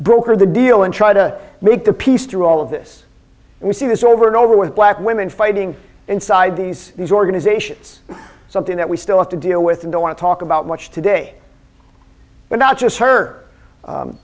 broker the deal and try to make the peace through all of this and you see this over and over with black women fighting inside these organizations something that we still have to deal with and don't want to talk about much today but not just her